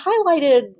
highlighted